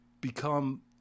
become